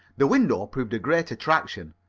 the window proved a great attraction.